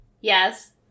Yes